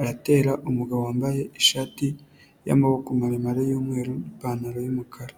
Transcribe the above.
aratera umugabo wambaye ishati y'amaboko maremare y'umweru n'ipantaro y'umukara.